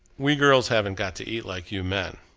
we girls haven't got to eat like you men.